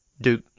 Duke